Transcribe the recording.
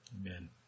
Amen